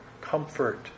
comfort